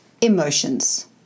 emotions